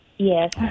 Yes